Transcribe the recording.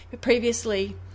Previously